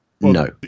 no